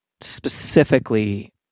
specifically